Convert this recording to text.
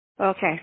Okay